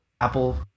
apple